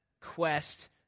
quest